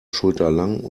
schulterlang